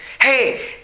hey